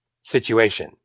situation